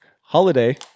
Holiday